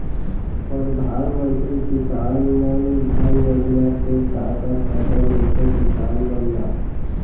परधानमंतरी किसान मन धन योजना के का का फायदा मिलथे किसान मन ला?